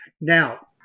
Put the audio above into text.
Now